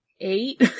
eight